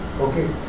Okay